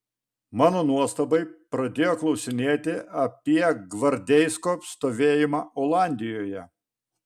mano nuostabai pradėjo klausinėti apie gvardeisko stovėjimą olandijoje